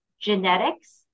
genetics